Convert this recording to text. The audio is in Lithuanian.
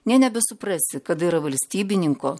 nė nebesuprasi kada yra valstybininko